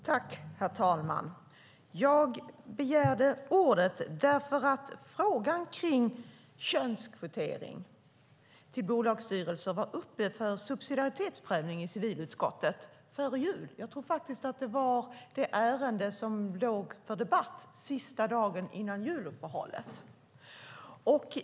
Herr talman! Jag begärde ordet därför att frågan om könskvotering till bolagsstyrelser var uppe för subsidiaritetsprövning i civilutskottet före jul. Jag tror faktiskt att ärendet debatterades sista dagen före juluppehållet.